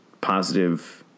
positive